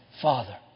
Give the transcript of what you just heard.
Father